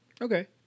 Okay